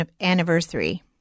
anniversary